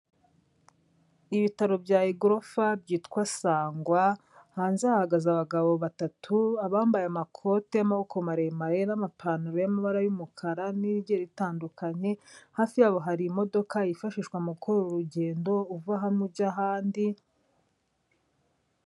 Ibitaro bya igorofa byitwa Sangwa, hanze hahagaze abagabo batatu, abambaye amakote y'amaboko maremare n'amapantaro y'amabara y'umukara, n'ibigiye bitandukanye, hafi yabo hari imodoka yifashishwa mu gukora urugendo, uva hamwe ujya ahandi...